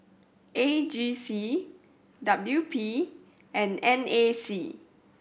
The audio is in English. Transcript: A G C W P and N A C